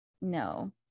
No